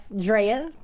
Drea